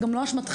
זה לא אשמתכם,